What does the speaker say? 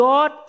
God